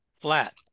flat